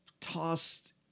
tossed